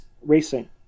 racing